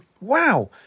wow